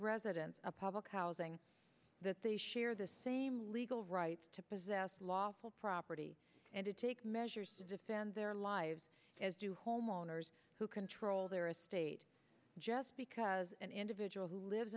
residents of public housing that they share the same legal rights to possess lawful property and to take measures to defend their lives as do homeowners who control their estate just because an individual who lives